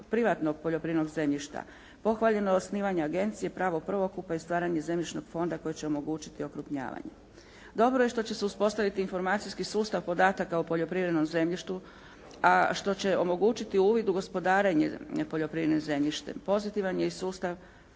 privatnog poljoprivrednog zemljišta, pohvaljeno je osnivanje agencije, pravo prvokupa i stvaranje zemljišnog fonda koji će omogućiti okrupnjavanje. Dobro je do što će se uspostaviti informacijski sustav podataka o poljoprivrednom zemljištu a što je omogućiti uvid u gospodarenje poljoprivrednim zemljištem. Pozitivan je i sustav nadzora